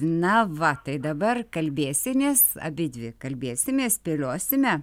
na va tai dabar kalbėsimės abidvi kalbėsimės spėliosime